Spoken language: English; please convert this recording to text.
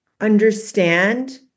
understand